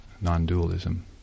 non-dualism